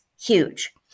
huge